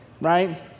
Right